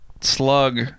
slug